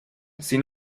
sin